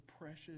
precious